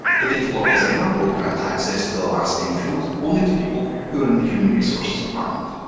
the datablock designer will grant access to the last name field only to people who are in the human resources department.